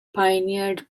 pioneered